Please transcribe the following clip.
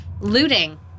looting